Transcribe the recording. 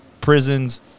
prisons